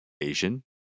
Asian